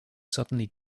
suddenly